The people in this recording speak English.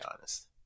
honest